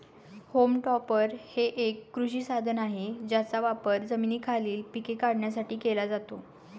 home topper हे एक कृषी साधन आहे ज्याचा वापर जमिनीखालील पिके काढण्यासाठी केला जातो